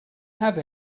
have